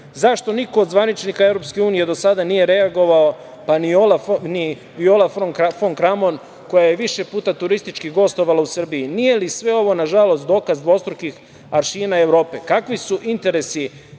Zašto niko od zvaničnika EU do sada nije reagovao, pa ni Viola fon Kramon koja je više puta turistički gostovala u Srbiji? Nije li sve ovo nažalost dokaz dvostrukih aršina Evrope? Kakvi su interesi